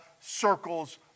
circles